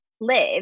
live